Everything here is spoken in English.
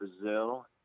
Brazil